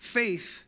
faith